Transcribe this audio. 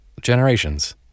generations